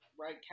right